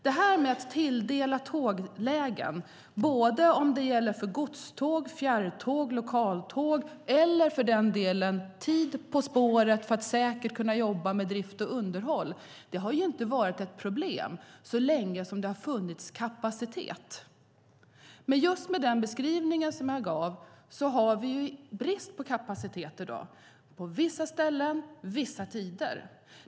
Detta att tilldela tåglägen, oavsett om det gäller för godståg, fjärrtåg, lokaltåg eller för den delen tid på spåret för att säkert kunna jobba med drift och underhåll, har inte varit något problem så länge som det har funnits kapacitet. Men just som i den beskrivning som jag gav har vi brist på kapacitet i dag på vissa ställen och under vissa tider.